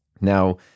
Now